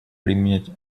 применять